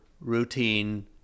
routine